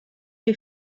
you